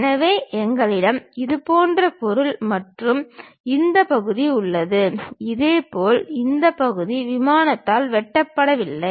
எனவே எங்களிடம் இதுபோன்ற பொருள் மற்றும் இந்த பகுதி உள்ளது இதேபோல் இந்த பகுதி விமானத்தால் வெட்டப்படவில்லை